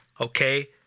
okay